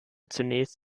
zunächst